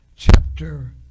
Chapter